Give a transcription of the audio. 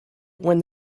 when